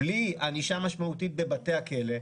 בלי ענישה משמעותית בבתי הכלא,